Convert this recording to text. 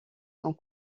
sont